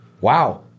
Wow